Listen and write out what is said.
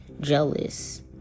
jealous